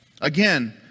Again